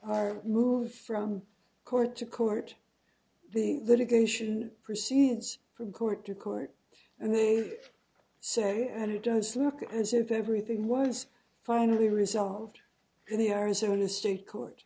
are moved from court to court the litigation proceeds from court to court and they say and it does look as if everything was finally resolved in the arizona state court